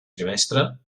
trimestre